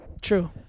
True